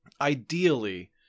Ideally